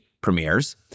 premieres